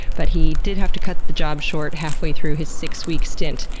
but he did have to cut the job short halfway through his six week stint,